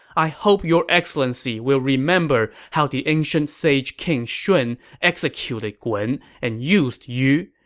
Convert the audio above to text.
i hope your excellency will remember how the ancient sage king shun executed gun and used yu.